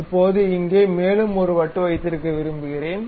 இப்போது இங்கே மேலும் ஒரு வட்டு வைத்திருக்க விரும்புகிறோம்